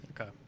okay